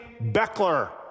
Beckler